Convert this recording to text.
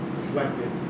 reflected